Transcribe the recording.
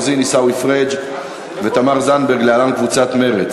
שתאושר במליאה,